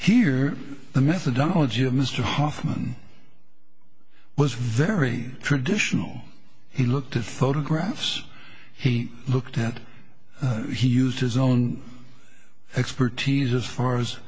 here the methodology of mr hoffman was very traditional he looked at photographs he looked at he used his own expertise as far as